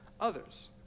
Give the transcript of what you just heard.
others